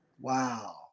Wow